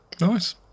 Nice